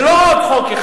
זה לא סתם חוק,